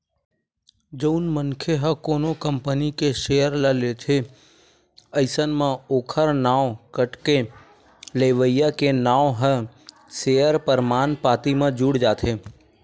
जउन मनखे ह कोनो कंपनी के सेयर ल लेथे अइसन म ओखर नांव कटके लेवइया के नांव ह सेयर परमान पाती म जुड़ जाथे